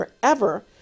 forever